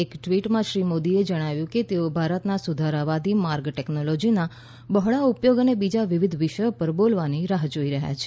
એક ટ્વિટમાં શ્રી મોદીએ જણાવ્યું કે તેઓ ભારતના સુધારાવાદી માર્ગ ટેકનોલોજીના બોહળા ઉપયોગ અને બીજા વિવિધ વિષયો પર બોલવાની રાહ્ જોઈ રહ્યા છે